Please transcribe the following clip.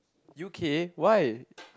U_K why